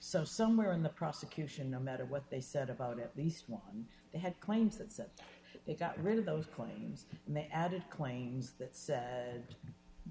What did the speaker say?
so somewhere in the prosecution no matter what they said about at least one they had claims that they got rid of those claims and the added claims that said